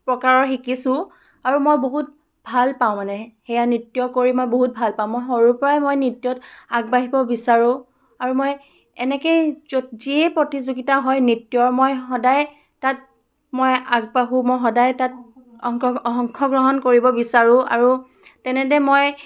প্ৰকাৰৰ শিকিছোঁ আৰু মই বহুত ভাল পাওঁ মানে সেয়া নৃত্য কৰি মই বহুত ভাল পাওঁ মই সৰুৰ পৰাই মই নৃত্যত আগবাঢ়িব বিচাৰোঁ আৰু মই এনেকৈয়ে য'ত যিয়ে প্ৰতিযোগিতা হয় নৃত্যৰ মই সদায়ে তাত মই আগবাঢ়োঁ মই সদায় তাত অংশগ্ৰহণ কৰিব বিচাৰোঁ আৰু তেনেতে মই